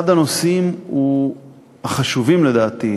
אחד הנושאים החשובים לדעתי,